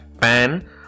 pan